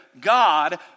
God